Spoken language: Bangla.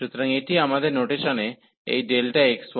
সুতরাং এটি আমাদের নোটেশনে এই x1